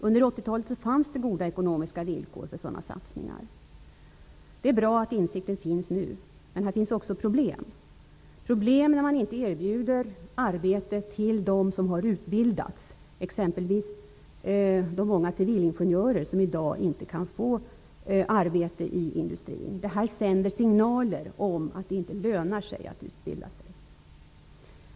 Under 80-talet fanns det goda ekonomiska villkor för sådana satsningar. Det är bra att insikten finns nu, men här finns också problem. Det innebär problem när man inte erbjuder arbete till dem som har utbildats, exempelvis de många civilingenjörer som i dag inte kan få arbete i industrin. Det här sänder signaler om att det inte lönar sig att utbilda sig.